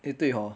eh 对 hor